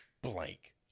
Blank